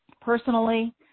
Personally